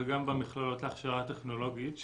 וגם במכללות להכשרה טכנולוגית,